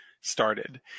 started